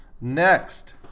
Next